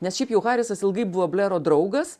nes šiaip jau harisas ilgai buvo blero draugas